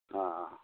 ꯑꯥ